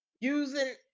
using